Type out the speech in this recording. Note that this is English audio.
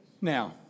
Now